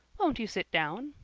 won't you sit down?